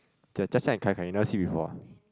Jia Jia-Jia and kai-kai you never see before ah